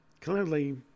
Clearly